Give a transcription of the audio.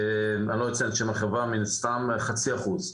מדובר בחצי אחוז.